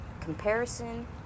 comparison